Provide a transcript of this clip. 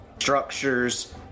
structures